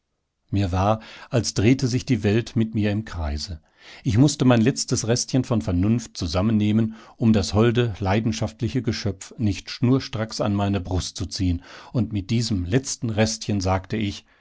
mir war als drehte sich die welt mit mir im kreise ich mußte mein letztes restchen von vernunft zusammennehmen um das holde leidenschaftliche geschöpf nicht schnurstracks an meine brust zu ziehen und mit diesem letzten restchen sagte ich